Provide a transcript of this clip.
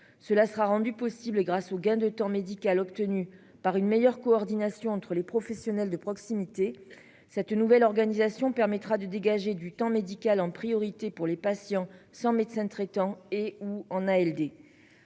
cela sera rendu possible, grâce au gain de temps médical obtenu par une meilleure coordination entre les professionnels de proximité. Cette nouvelle organisation permettra de dégager du temps médical en priorité pour les patients sans médecin traitant et ou en ALD.